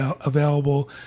available